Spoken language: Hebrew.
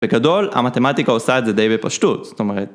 בגדול, המתמטיקה עושה את זה די בפשטות, זאת אומרת